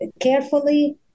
carefully